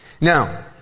Now